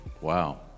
Wow